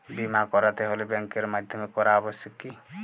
বিমা করাতে হলে ব্যাঙ্কের মাধ্যমে করা আবশ্যিক কি?